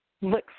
look